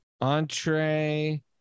entree